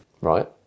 Right